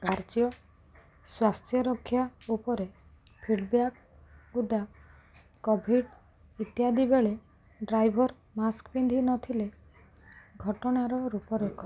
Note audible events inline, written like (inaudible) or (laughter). କାର୍ଯ୍ୟ ସ୍ଵାସ୍ଥ୍ୟ ରକ୍ଷା ଉପରେ ଫିଡ଼ବ୍ୟାକ୍ (unintelligible) କୋଭିଡ଼୍ ଇତ୍ୟାଦି ବେଳେ ଡ୍ରାଇଭର୍ ମାସ୍କ ପିନ୍ଧିନଥିଲେ ଘଟଣାର ରୂପରେଖ